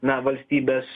na valstybės